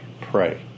pray